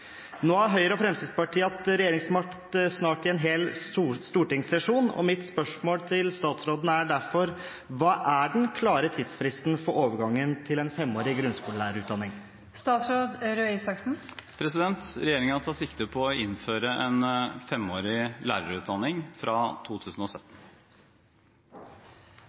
Nå har Høyre og Fremskrittspartiet hatt regjeringsmakt i en hel stortingssesjon, og mitt spørsmål er derfor: Hva er statsrådens klare tidsfrist for overgang til en femårig grunnskolelærerutdanning?» Regjeringen tar sikte på å innføre en femårig lærerutdanning fra 2017.